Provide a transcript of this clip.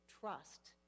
trust